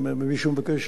אם מישהו מבקש